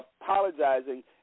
apologizing